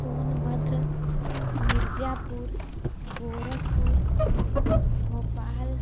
Sonbhadra Mirzapur Gorakhpur Bhopal